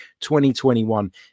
2021